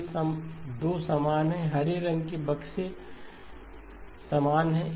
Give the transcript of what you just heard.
ये 2 समान हैं हरे रंग के बक्से समान हैं